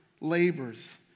labors